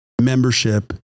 membership